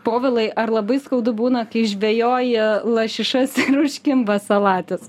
povilai ar labai skaudu būna kai žvejoji lašišas ir užkimba salatis